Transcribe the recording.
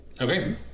Okay